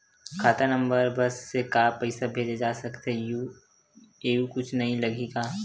खाता नंबर बस से का पईसा भेजे जा सकथे एयू कुछ नई लगही का?